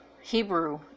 Hebrew